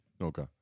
Okay